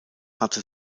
hatte